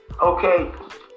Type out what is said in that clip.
Okay